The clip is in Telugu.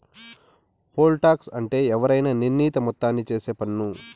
పోల్ టాక్స్ అంటే ఎవరికైనా నిర్ణీత మొత్తానికి ఏసే పన్ను